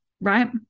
right